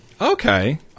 Okay